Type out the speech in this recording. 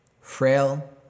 frail